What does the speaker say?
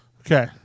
okay